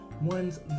one's